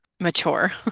mature